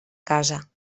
casa